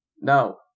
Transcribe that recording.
No